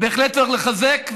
בהחלט צריך לחזק,